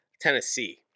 Tennessee